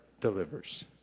delivers